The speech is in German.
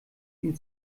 ihn